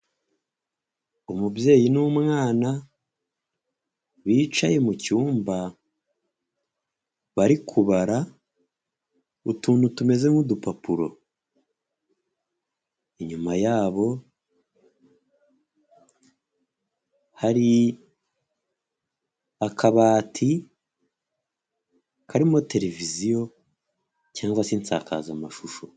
Umubyeyi n'umwana bicaye mu cyumba bari kubara utuntu tumeze nk'udupapuro. Inyuma yabo hari akabati karimo televiziyo cyangwa se insakazamashusho.